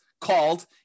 called